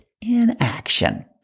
inaction